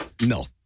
No